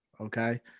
okay